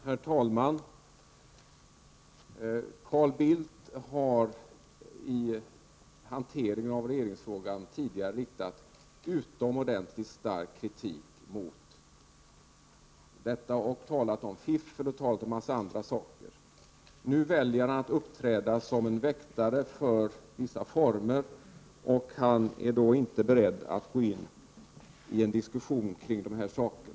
Herr talman! Carl Bildt har tidigare riktat utomordentligt stark kritik mot hanteringen av regeringsfrågan och talat om fiffel och en massa andra saker. Nu väljer han att uppträda som en väktare för vissa former, och han är inte beredd att gå in i en diskussion kring dessa saker.